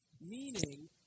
Meaning